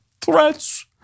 threats